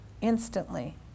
Instantly